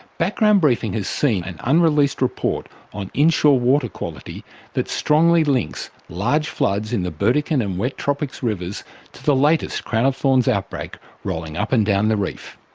background briefing has seen an unreleased report on inshore water quality that strongly links large floods in the burdekin and wet tropics rivers to the latest crown of thorns outbreak rolling up and down the reef.